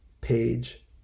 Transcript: page